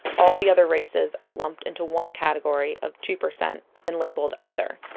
all the other races are lumped into one category of two percent and labeled other.